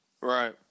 Right